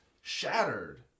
shattered